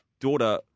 daughter